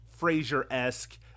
Frasier-esque